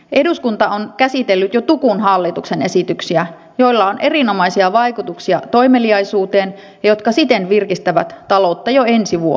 eduskunta on käsitellyt jo tukun hallituksen esityksiä joilla on erinomaisia vaikutuksia toimeliaisuuteen ja jotka siten virkistävät taloutta jo ensi vuonna